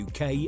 UK